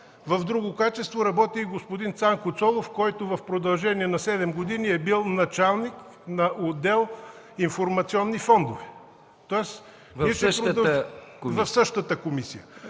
В друго качество работи и господин Цанко Цолов, който в продължение на 7 години е бил началник на отдел „Информационни фондове” в същата комисия.